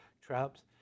traps